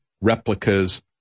replicas